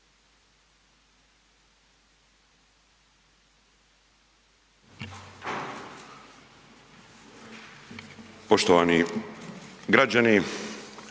Poštovani građani.